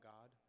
God